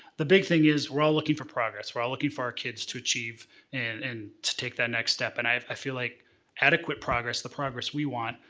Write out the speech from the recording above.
the big thing is we're all looking for progress. we're all looking for our kids to achieve, and and to take that next step, and i i feel like adequate progress, the progress we want,